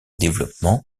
développement